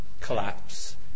collapse